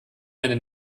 meine